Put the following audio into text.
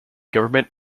government